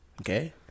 okay